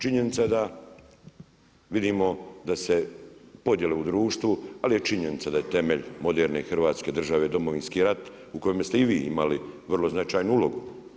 Činjenica je da vidimo da se podjele u društvu, ali je činjenica da je temelj moderne Hrvatske države Domovinski rat u kojemu ste i vi imali vrlo značajnu ulogu.